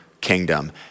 kingdom